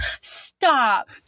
stop